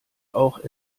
auch